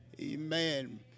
Amen